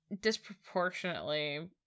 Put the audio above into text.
disproportionately